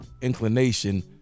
inclination